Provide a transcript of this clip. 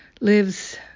lives